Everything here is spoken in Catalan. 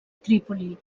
trípoli